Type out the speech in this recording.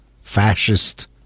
fascist